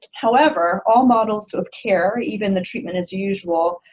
however all models of care, even the treatment as usual,